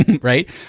right